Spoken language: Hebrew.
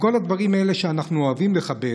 מכל הדברים האלה שאנחנו אוהבים לכבד.